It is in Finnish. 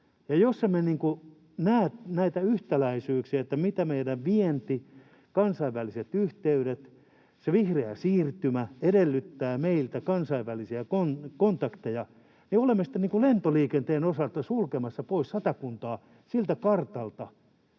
näe näitä yhtäläisyyksiä, että meidän vienti, kansainväliset yhteydet, se vihreä siirtymä, edellyttää meiltä kansainvälisiä kontakteja, niin olemme sitten lentoliikenteen osalta sulkemassa pois Satakuntaa siltä kartalta,